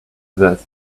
that